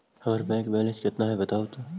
हमर bank balance केतना है बताहु तो?